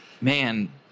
Man